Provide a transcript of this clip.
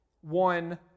one